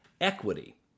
equity